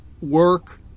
work